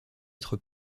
être